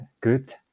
good